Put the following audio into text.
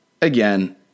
Again